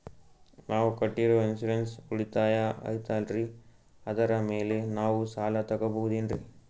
ನಾವು ಕಟ್ಟಿರೋ ಇನ್ಸೂರೆನ್ಸ್ ಉಳಿತಾಯ ಐತಾಲ್ರಿ ಅದರ ಮೇಲೆ ನಾವು ಸಾಲ ತಗೋಬಹುದೇನ್ರಿ?